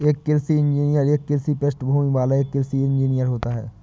एक कृषि इंजीनियर एक कृषि पृष्ठभूमि वाला एक इंजीनियर होता है